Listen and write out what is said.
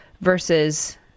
versus